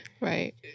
Right